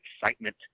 excitement